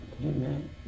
Amen